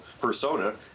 persona